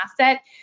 asset